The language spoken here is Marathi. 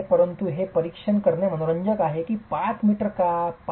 परंतु हे परीक्षण करणे मनोरंजक आहे की 5m का 5m